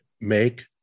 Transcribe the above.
make